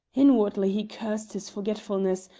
inwardly he cursed his forgetfulness,